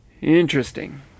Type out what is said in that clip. Interesting